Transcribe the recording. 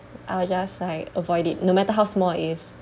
I'll just like avoid it no matter how small it is